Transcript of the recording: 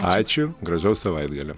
ačiū gražaus savaitgalio